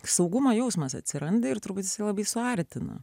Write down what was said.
saugumo jausmas atsiranda ir turbūt labai suartina